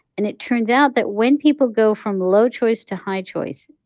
and it turns out that when people go from low choice to high choice,